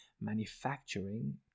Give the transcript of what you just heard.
manufacturing